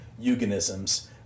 Eugenisms